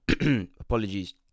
apologies